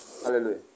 Hallelujah